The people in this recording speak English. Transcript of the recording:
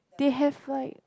they have like